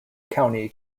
county